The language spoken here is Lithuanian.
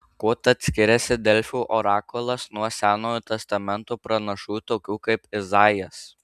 kuo tad skiriasi delfų orakulas nuo senojo testamento pranašų tokių kaip izaijas